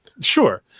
Sure